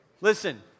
Listen